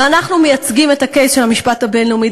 ואנחנו מייצגים את ה-case של המשפט הבין-לאומי,